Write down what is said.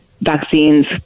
vaccines